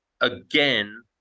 again